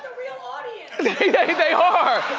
real audience. they are.